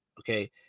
Okay